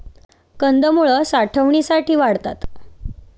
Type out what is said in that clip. कंदमुळं साठवणीसाठी वाढतात